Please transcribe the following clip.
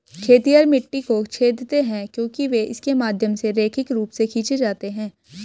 खेतिहर मिट्टी को छेदते हैं क्योंकि वे इसके माध्यम से रैखिक रूप से खींचे जाते हैं